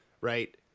right